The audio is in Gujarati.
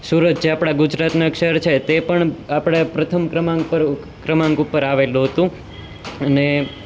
સુરત જે આપણા ગુજરાતનાં શહેર છે તે પણ આપણા પ્રથમ ક્રમાંક પર ક્રમાંક ઉપર આવેલું હતું અને